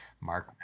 Mark